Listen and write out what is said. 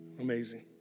Amazing